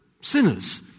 sinners